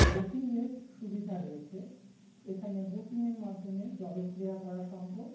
বোটিংয়ের সুবিধা রয়েছে এখানে বোটিংয়ের মাধ্যমে জল ক্রিয়া করা সম্ভব